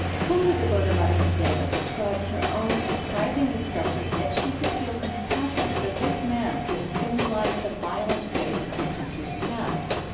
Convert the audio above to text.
pumla gobodo-madikizela describes her own surprising discovery that she could feel compassion for this man who had symbolized the violent face of her country's past.